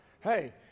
Hey